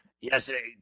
yesterday